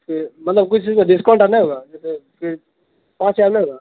okay مطلب کچھ discount اور نہیں ہوگا جیسے کہ پانچ ہزار نہیں ہوگا